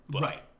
Right